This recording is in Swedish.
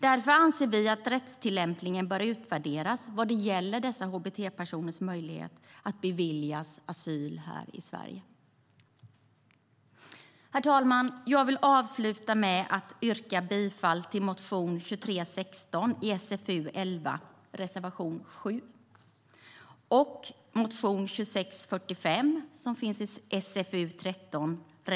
Därför anser vi att rättstillämpningen bör utvärderas vad gäller hbt-personers möjligheter att beviljas asyl i Sverige.